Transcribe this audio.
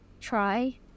try